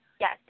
Yes